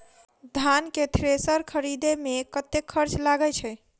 धान केँ थ्रेसर खरीदे मे कतेक खर्च लगय छैय?